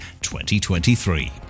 2023